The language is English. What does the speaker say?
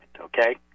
okay